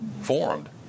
formed